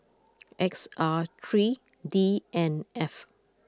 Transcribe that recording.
X R three D N F